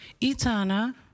Itana